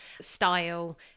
style